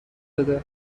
بده